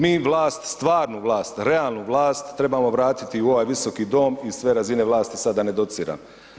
Mi vlast, stvarnu vlast, realnu vlast trebamo vratiti u ovaj visoki dom i sve razine vlasti sada da ne dociram.